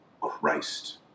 Christ